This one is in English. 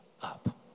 up